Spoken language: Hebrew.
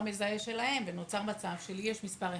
מזהה משלהם ונוצר מצב שלי יש מספר אחד,